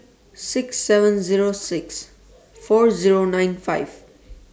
six seven Zero six four Zero nine five